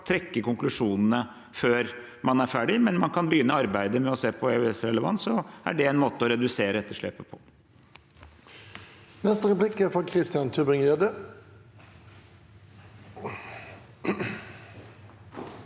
trekke konklusjonene før man er ferdig, men om man kan begynne arbeidet med å se på EØS-relevans, er det en måte å redusere etterslepet på.